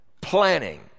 planning